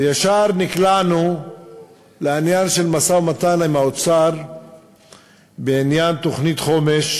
וישר נקלענו לעניין המשא-ומתן עם האוצר בעניין תוכנית חומש